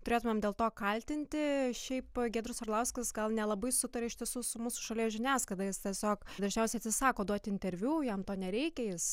turėtumėm dėl to kaltinti šiaip giedrius arlauskas gal nelabai sutarė iš tiesų su mūsų šalies žiniasklaida jis tiesiog dažniausiai atsisako duoti interviu jam to nereikia jis